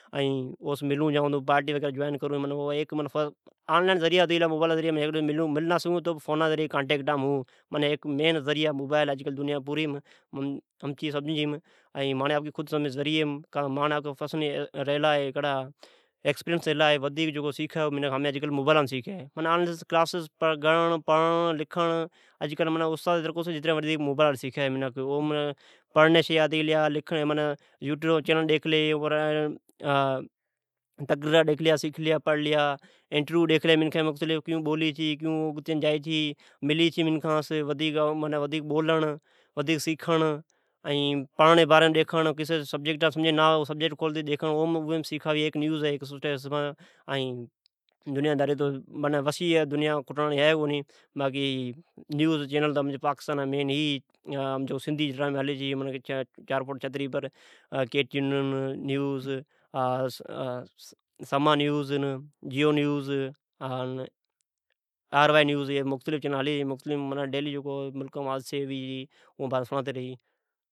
ء پاڑٹی وغیرہ پر جائون چھو، منعی ھیک آنلائین ذرعا ھتی گلا۔ مل نہ سگھون توبہ فون جی ذرعی کائینٹیکٹ مین ھون۔ مین ذرعی مبائیل ھے۔ دنیا پوری ماجی سمجھی م ماڑا آپکا ایکسپرینس ریلا ھے۔ ودیک سیکھی ،ھمین اج کل جکو میکھین مبائیل پر سکھی، ماجھی خیال لا م آنلائین کلاس پڑھنڑ، لکھنڑ اج کل جتری استاد کو سیکھی اتری مبائیل پر سیکھی اوم پڑھڑ جیا شئیاآتی گلیا یوٹیوب پر چئینل ڈیکھلی، تقریر ڈیکھلی ،انٹرویو ڈیکھڑ، اون کیون بولی چھی کیون ملی چھی منکھین بولنڑ سکھنڑ جکو سبجیکٹ سمجھی مین نہ آوی جی باریم ڈیکھنڑ اوم سکھاوی دنیا داری وسیع ھے کھٹڑانی ھیکونی ۔ باقی پاکستان جی تین چئینل ھی جکی پر سندھی ڈرامی ھلی چھی، چار فٹ چھتری پر کے ٹے این نیوز سمان نیوز جیو نیو آر ؤائی نیوزمعنی مختلیف چیئینل وغیرہ لکا جی حادسی ھوی اوان جی باری مین سڑاتی رھی چھہ